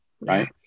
Right